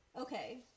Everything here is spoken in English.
Okay